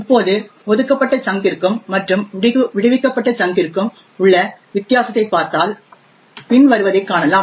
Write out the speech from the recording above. இப்போது ஒதுக்கப்பட்ட சங்க்ற்கும் மற்றும் விடுவிக்கப்பட்ட சங்க்ற்கும் உள்ள வித்தியாசத்தைப் பார்த்தால் பின்வருவதைக் காணலாம்